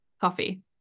coffee